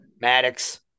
Maddox